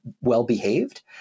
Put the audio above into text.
well-behaved